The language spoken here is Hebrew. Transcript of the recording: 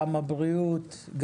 גם הבריאות,